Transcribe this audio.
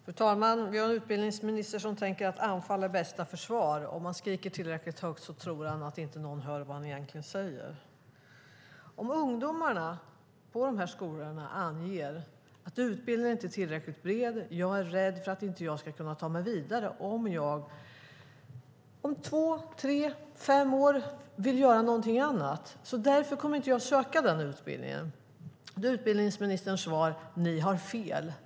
Fru talman! Vi har en utbildningsminister som tänker att anfall är bästa försvar. Han tror att om han skriker tillräckligt högt hör inte någon vad han egentligen säger. Om ungdomarna på de här skolorna anger att utbildningen inte är tillräckligt bred, att de är rädda för att de inte ska kunna ta sig vidare om de vill göra någonting annat om två, tre eller fem år och att de därför inte kommer att söka den utbildningen är utbildningsministerns svar: Ni har fel.